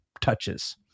touches